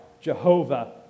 Jehovah